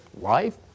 life